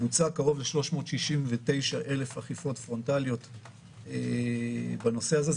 בוצעו קרוב ל-369,000 אכיפות פרונטליות בנושא הזה,